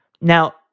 Now